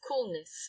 coolness